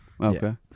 Okay